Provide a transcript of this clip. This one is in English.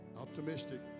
Optimistic